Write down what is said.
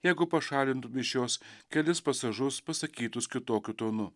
jeigu pašalintum iš jos kelis pasažus pasakytus kitokiu tonu